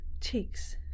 Cheek's